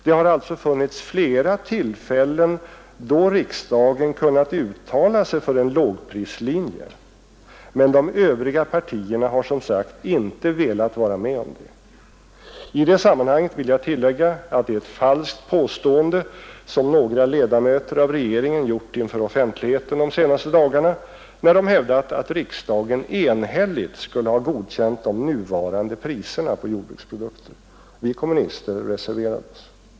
Det har alltså funnits flera tillfällen då riksdagen kunnat uttala sig för en lågprislinje, men de övriga partierna har som sagt inte velat vara med om det. I det sammanhanget vill jag tillägga att det är ett falskt påstående som några ledamöter av regeringen gjort inför offentligheten de senaste dagarna, när de hävdat att riksdagen enhälligt skulle ha godkänt de nuvarande priserna på jordbruksprodukter. Vi kommunister reserverade oss.